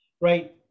Right